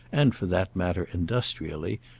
and for that matter industrially,